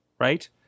right